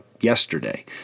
yesterday